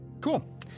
Cool